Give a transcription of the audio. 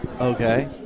okay